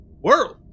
World